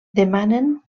demanen